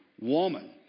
woman